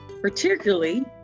particularly